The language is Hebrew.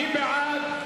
מי בעד?